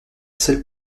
seule